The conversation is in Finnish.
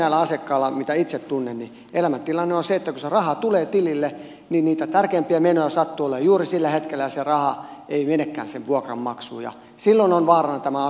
usein näillä asiakkailla mitä itse tunnen elämäntilanne on se että kun se raha tulee tilille niin niitä tärkeämpiä menoja sattuu olemaan juuri sillä hetkellä ja se raha ei menekään sen vuokran maksuun ja silloin on vaarana asunnon menettäminen